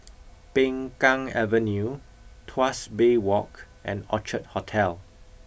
Peng Kang Avenue Tuas Bay Walk and Orchard Hotel